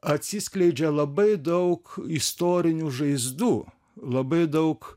atsiskleidžia labai daug istorinių žaizdų labai daug